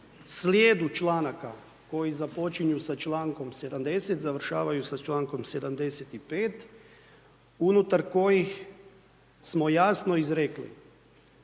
slijedu članaka, koji započinju sa čl. 70. završavaju sa čl. 75. unutar kojih smo jasno izrekli,